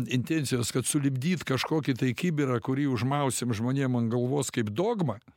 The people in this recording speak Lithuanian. intencijos kad sulipdyt kažkokį tai kibirą kurį užmausim žmonėm ant galvos kaip dogmą